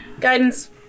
Guidance